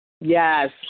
Yes